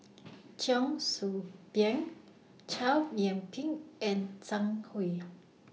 Cheong Soo Pieng Chow Yian Ping and Zhang Hui